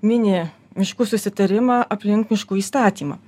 mini miškų susitarimą aplink miškų įstatymą